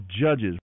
Judges